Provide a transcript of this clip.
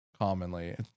commonly